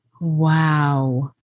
Wow